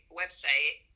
website